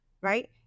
right